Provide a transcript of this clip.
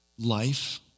life